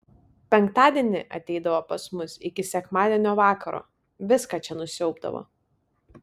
penktadienį ateidavo pas mus iki sekmadienio vakaro viską čia nusiaubdavo